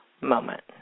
moment